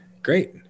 Great